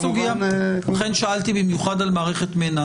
לכן שאלתי במיוחד על מערכת מנ"ע.